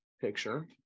picture